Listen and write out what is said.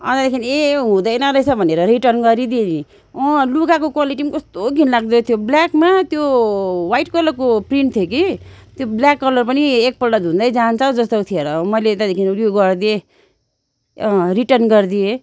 अन्तदेखिन् ए हुँदैन रहेछ भनेर रिटर्न गरिदिएँ नि अँ लुगाको क्वालिटी पनि कस्तो घिनलाग्दो थियो ब्ल्याकमा त्यो वाइट कलरको प्रिन्ट थियो कि त्यो ब्ल्याक कलर पनि एकपल्ट धुँदै जान्छ जस्तो थियो र मैले त्यहाँदेखि उयो गरिदिएँ अँ रिटर्न गरिदिएँ